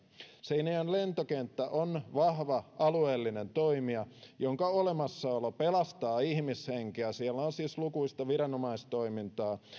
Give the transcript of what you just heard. seinäjoen lentokenttä on vahva alueellinen toimija jonka olemassaolo pelastaa ihmishenkiä siellä on siis lukuisasti viranomaistoimintaa